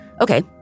okay